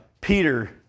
Peter